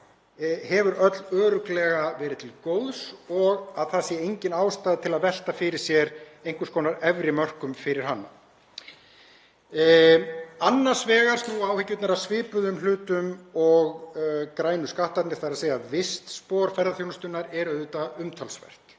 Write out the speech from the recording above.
hafi öll örugglega verið til góðs og að það sé engin ástæða til að velta fyrir sér einhvers konar efri mörkum fyrir hana. Annars vegar snúa áhyggjurnar að svipuðum hlutum og grænu skattarnir, þ.e. vistspor ferðaþjónustunnar er auðvitað umtalsvert